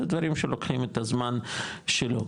זה דברים שלוקחים את הזמן שלו,